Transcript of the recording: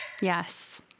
Yes